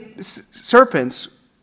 serpents